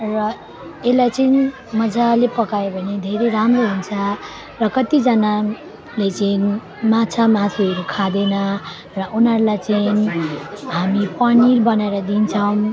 र यसलाई चाहिँ मजाले पकायो भने धेरै राम्रो हुन्छ र कतिजनाले चाहिँ माछा मासुहरू खाँदैन र उनीहरूलाई चाहिँ हामी पनिर बनाएर दिन्छौँ